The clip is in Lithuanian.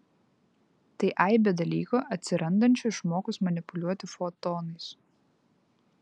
tai aibė dalykų atsirandančių išmokus manipuliuoti fotonais